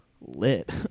Lit